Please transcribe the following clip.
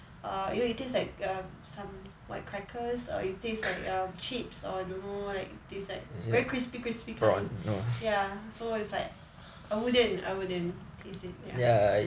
err you know it taste like some white crackers or it taste like chips or don't know what it's like very crispy crispy kind ya so it's like I wouldn't I wouldn't taste it ya